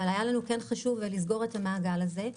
אבל היה לנו כן חשוב לסגור את המעגל הזה,